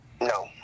No